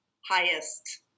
highest